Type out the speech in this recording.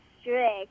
strict